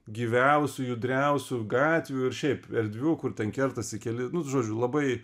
gyviausių judriausių gatvių ir šiaip erdvių kur ten kertasi keli nu žodžiu labai